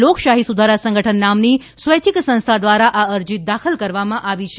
લોકશાહી સુધારા સંગઠન નામની સ્વૈચ્છિક સંસ્થા દ્વારા આ અરજી દાખલ કરવામાં આવી છે